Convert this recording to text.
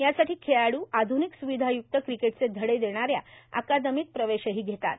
यासाठी खेळाडू आध्निक स्विधाय्क्त क्रिकेटचे धडे देणाऱ्या अकादमीत प्रवेशही घेतात